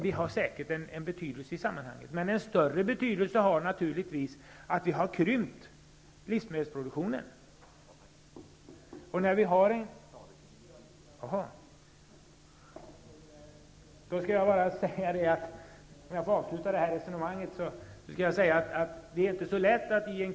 Det har säkert en betydelse i sammanhanget, men av större betydelse är att vi har krympt livsmedelsproduktionen.